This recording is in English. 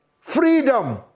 freedom